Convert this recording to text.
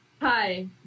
hi